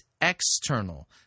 external